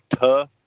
tough